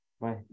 Bye